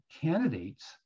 candidates